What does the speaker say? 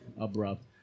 abrupt